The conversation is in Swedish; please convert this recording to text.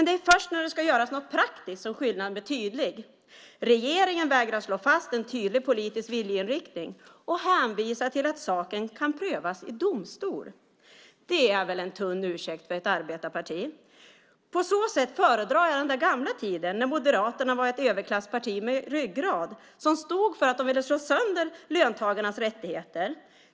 Det är först när det ska göras något praktiskt som skillnaden blir tydlig. Regeringen vägrar slå fast en tydlig politisk viljeinriktning och hänvisar till att saken kan prövas i domstol. Det är väl en tunn ursäkt för ett arbetarparti! På så sätt föredrar jag den gamla tiden då Moderaterna var ett överklassparti med ryggrad och stod för att de ville slå sönder löntagarnas rättigheter.